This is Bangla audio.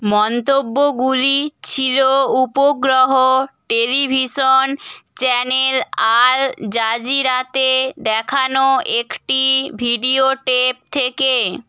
মন্তব্যগুলি ছিলো উপগ্রহ টেলিভিশন চ্যানেল আল জাজিরাতে দেখানো একটি ভিডিও টেপ থেকে